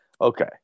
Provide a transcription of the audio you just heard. Okay